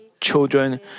children